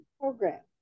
program